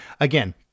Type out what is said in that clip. again